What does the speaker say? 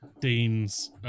Dean's